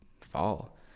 fall